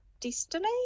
destiny